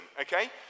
Okay